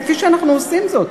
כפי שאנחנו עושים זאת.